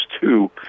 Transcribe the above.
two